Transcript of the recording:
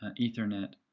ah ethernet.